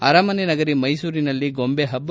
ಅರಮನೆ ನಗರಿ ಮೈಸೂರಿನಲ್ಲಿ ಗೊಂಬೆಹಬ್ಬ